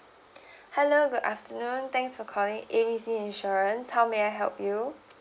hello good afternoon thanks for calling A B C insurance how may I help you